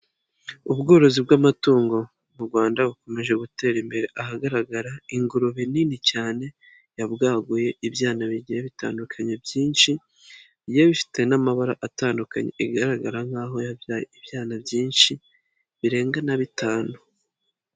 Ubworozi bw'amatungo mu Rwanda bukomeje gutera imbere ahagaragara ingurube nini cyane yabwaguye ibyana bigiye bitandukanye byinshi bigiye bifite n'amabara atandukanye igaragara nk'aho yabyaye ibyana byinshi birenga na bitanu.